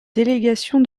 délégation